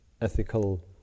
ethical